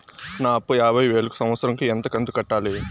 నా అప్పు యాభై వేలు కు సంవత్సరం కు ఎంత కంతు కట్టాలి?